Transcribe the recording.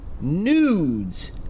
Nudes